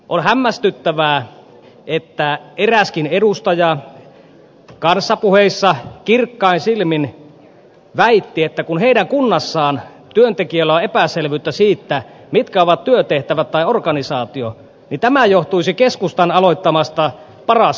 on hämmästyttävää että eräskin edustaja kahdessa puheessa kirkkain silmin väitti että kun heidän kunnassaan työntekijällä on epäselvyyttä siitä mitkä ovat työtehtävät tai organisaatio niin tämä johtuisi keskustan aloittamasta paras hankkeesta